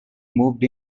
moved